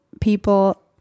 people